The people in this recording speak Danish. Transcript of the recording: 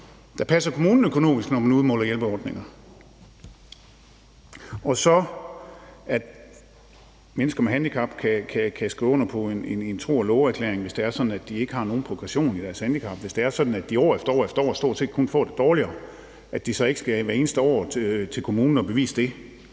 der passer kommunen økonomisk, når de udmåler hjælperordninger, og så at mennesker med handicap kan skrive under på en tro- og loveerklæring, hvis det er sådan, at de ikke har nogen progression i deres handicap. Og hvis det er sådan, at de år efter år stort set kun får det dårligere, skal de ikke hver eneste år til kommunen og bevise det.